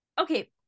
Okay